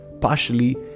partially